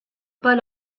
pas